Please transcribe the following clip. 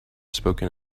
spoken